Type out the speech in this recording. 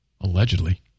allegedly